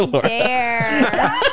dare